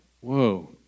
whoa